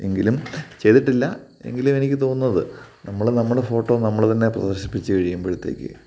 എങ്കിലും ചെയ്തിട്ടില്ല എങ്കിലും എനിക്ക് തോന്നുന്നത് നമ്മൾ നമ്മുടെ ഫോട്ടോ നമ്മൾ തന്നെ പ്രദർശിപ്പിച്ച് കഴിയുമ്പോഴ്ത്തേക്ക്